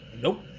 nope